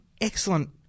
excellent